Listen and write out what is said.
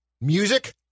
Music